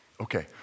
Okay